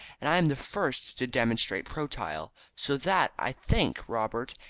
and i am the first to demonstrate protyle, so that, i think, robert,